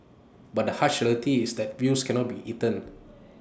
but the harsh reality is that views cannot be eaten